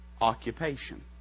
occupation